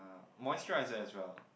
uh moisturizer as well